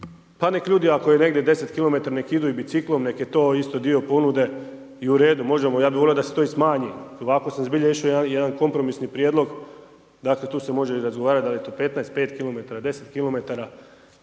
pa nek ljudi ako je negdje 10 km nek idu i biciklom neke je to isto dio ponude i u redu možemo, ja bi volio da se to i smanji ovako se zbilja riješio jedan kompromisni prijedlog. Dakle tu se može i razgovarati da li je to 15, 5 km, 10 km,